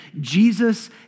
Jesus